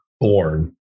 born